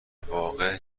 واقع